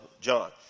John